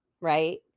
Right